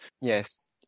Yes